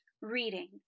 reading